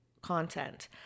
content